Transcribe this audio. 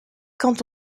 quand